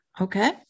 Okay